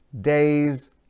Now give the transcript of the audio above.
days